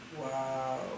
Wow